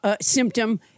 symptom